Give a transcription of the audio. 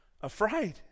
Afraid